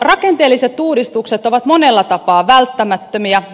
rakenteelliset uudistukset ovat monella tapaa välttämättömiä